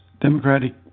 Democratic